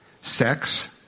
sex